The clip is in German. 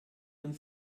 und